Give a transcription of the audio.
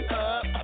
up